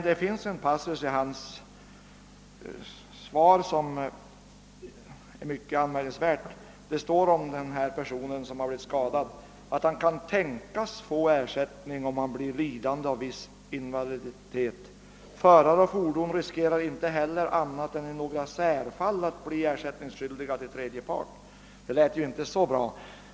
Det fanns dock en passus i svaret till honom som var mycket anmärkningsvärd nämligen att den person som blivit skadad kan tänkas få ersättning, om han blir lidande av viss invaliditet och att förare av fordon inte annat än i några särfall riskerar att bli ersättningsskyldiga till tredje part. Detta lät ju inte så bra.